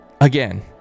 Again